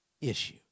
issue